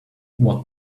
what